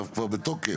הצו כבר בתוקף.